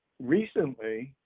recently,